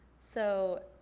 so,